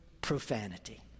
profanity